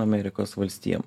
amerikos valstijom